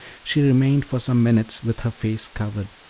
she remained for some minutes with her face covered,